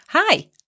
Hi